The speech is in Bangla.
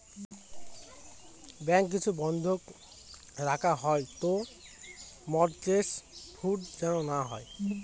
ব্যাঙ্ক কিছু বন্ধক রাখা হয় তো মর্টগেজ ফ্রড যেন না হয়